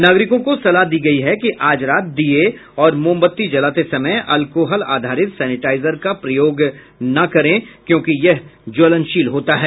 नागरिकों को सलाह दी गई है कि आज रात दीए और मोमबत्ती जलाते समय एल्कोहल आधारित सैनिटाइजर का प्रयोग न करें क्योंकि यह ज्वलनशील होता है